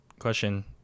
question